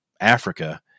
Africa